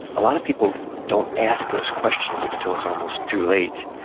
a lot of people don't ask those questions until it's almost too late,